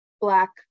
Black